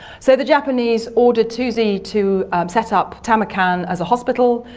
so, the japanese ordered toosey to set up tamarkan as a hospital.